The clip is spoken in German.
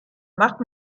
macht